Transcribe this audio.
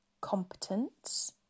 competence